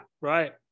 Right